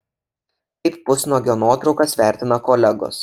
kaip pusnuogio nuotraukas vertina kolegos